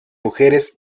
mujeres